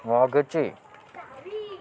मागची